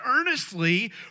earnestly